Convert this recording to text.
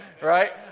Right